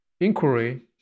inquiry